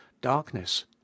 darkness